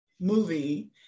movie